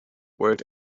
worked